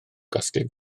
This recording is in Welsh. gasglu